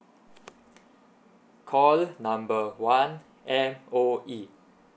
call number one M_O_E